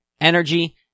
energy